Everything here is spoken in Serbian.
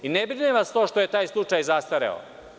I ne brine vas to što je taj slučaj zastareo.